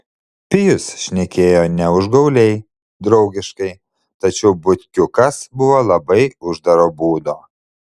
pijus šnekėjo ne užgauliai draugiškai tačiau butkiukas buvo labai uždaro būdo